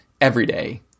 everyday